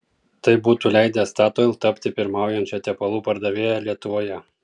tai būtų leidę statoil tapti pirmaujančia tepalų pardavėja lietuvoje